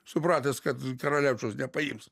supratęs kad karaliaučiaus nepaims